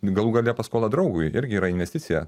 galų gale paskola draugui irgi yra investicija